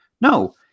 no